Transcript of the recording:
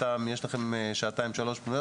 שואלים אותן אם יש להן שעתיים או שלוש פנויות